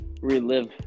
relive